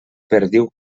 perdiu